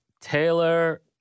Taylor